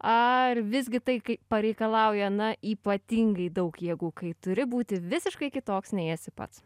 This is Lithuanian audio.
ar visgi tai kai pareikalauja na ypatingai daug jėgų kai turi būti visiškai kitoks nei esi pats